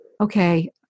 okay